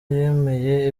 yemeye